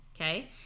Okay